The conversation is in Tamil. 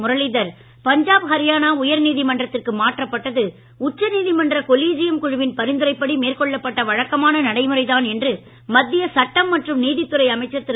முரளிதர் பஞ்சாப் ஹரியானா உயர் நீதிமன்றத்திற்கு மாற்றப்பட்டது உச்சநீதிமன்ற கொலிஜியம் குழுவின் பரிந்துரைப்படி மேற்கொள்ளப்பட்ட வழக்கமான நடைமுறைதான் என்று மத்திய சட்டம் மற்றும் நீதித்துறை அமைச்சர் திரு